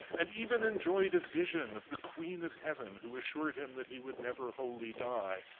and even enjoyed a vision of the queen of heaven, who assured him that he would never wholly die.